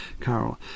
Carol